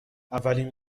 اولین